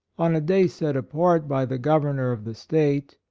on a day set apart by the gov ernor of the state,